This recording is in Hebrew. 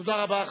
תודה רבה.